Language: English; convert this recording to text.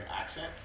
accent